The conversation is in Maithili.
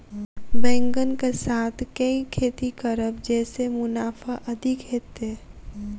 बैंगन कऽ साथ केँ खेती करब जयसँ मुनाफा अधिक हेतइ?